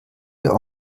wir